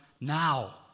now